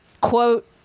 quote